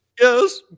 yes